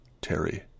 Terry